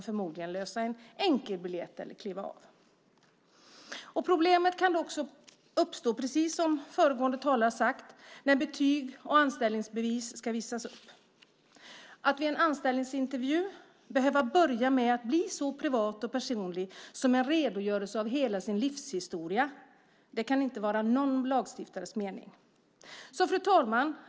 Förmodligen måste hon lösa enkel biljett eller kliva av tåget. Som föregående talare sagt kan problem uppstå även när betyg och anställningsbevis ska visas upp. Att vid en anställningsintervju behöva börja med att bli så privat och personlig som en redogörelse av hela ens livshistoria innebär kan inte vara någon lagstiftares mening. Fru talman!